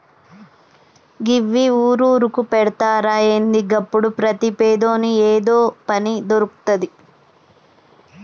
గివ్వి ఊరూరుకు పెడ్తరా ఏంది? గప్పుడు ప్రతి పేదోని ఏదో పని దొర్కుతది